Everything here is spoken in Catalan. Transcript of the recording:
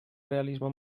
realisme